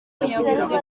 yavuze